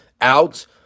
out